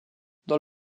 dans